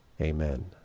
amen